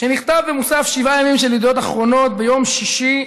שנכתב במוסף 7 ימים של ידיעות אחרונות ביום שישי,